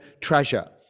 treasure